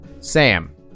Sam